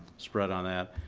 spread on that.